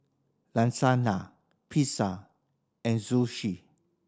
Lasagna Pizza and Zosui